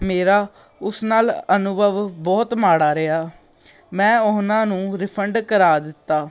ਮੇਰਾ ਉਸ ਨਾਲ ਅਨੁਭਵ ਬਹੁਤ ਮਾੜਾ ਰਿਹਾ ਮੈਂ ਉਹਨਾਂ ਨੂੰ ਰਿਫੰਡ ਕਰਵਾ ਦਿੱਤਾ